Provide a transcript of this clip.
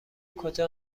کجا